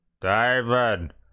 David